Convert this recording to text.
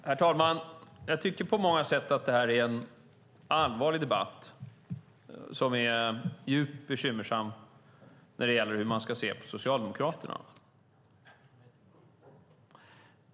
Herr talman! Jag tycker på många sätt att det här är en allvarlig debatt, som är djup bekymmersam när det gäller hur man ska se på Socialdemokraterna.